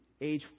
age